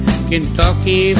Kentucky